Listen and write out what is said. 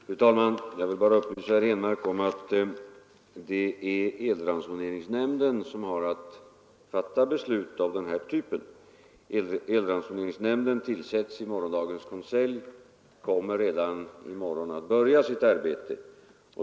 Fru talman! Jag vill bara upplysa herr Henmark om att det är elransoneringsnämnden som har att fatta beslut av denna typ. Elransoneringsnämnden tillsätts i morgondagens konselj och kommer redan i morgon att börja sitt arbete.